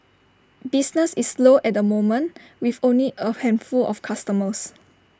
business is slow at the moment with only A handful of customers